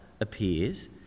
appears